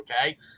okay